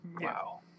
Wow